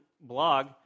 blog